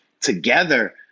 together